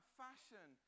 fashion